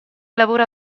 lavora